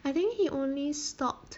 I think he only stopped